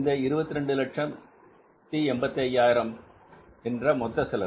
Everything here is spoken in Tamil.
இந்த 2285000 மொத்த செலவு